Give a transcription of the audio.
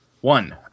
One